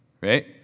right